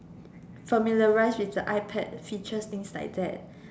familiarized with the iPad features things like that